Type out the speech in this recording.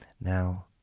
Now